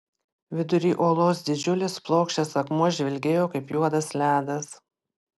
vidury olos didžiulis plokščias akmuo žvilgėjo kaip juodas ledas